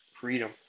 freedom